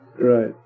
Right